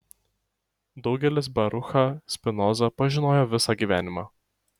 daugelis baruchą spinozą pažinojo visą gyvenimą